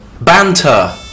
Banter